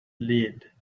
lead